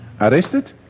arrested